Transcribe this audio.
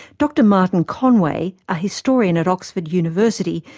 dr martin conway, a historian at oxford university,